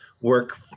work